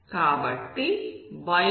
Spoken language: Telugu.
కాబట్టి y ని u గా మార్చే పరివర్తన ఏంటి